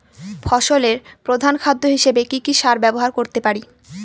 ফসলের প্রধান খাদ্য হিসেবে কি কি সার ব্যবহার করতে পারি?